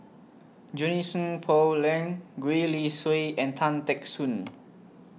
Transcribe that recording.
Junie Sng Poh Leng Gwee Li Sui and Tan Teck Soon